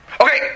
Okay